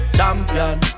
Champion